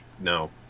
no